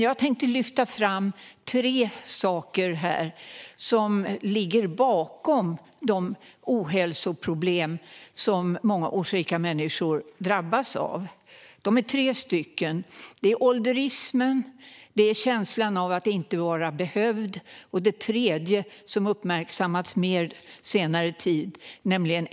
Jag tänkte lyfta fram tre saker här som ligger bakom de ohälsoproblem som många årsrika människor drabbas av. Det är ålderismen, det är känslan av att inte vara behövd och det är ensamheten, som har uppmärksammats mer på senare tid.